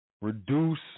Reduce